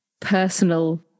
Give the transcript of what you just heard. personal